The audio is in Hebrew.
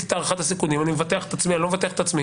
אני לא מכירה.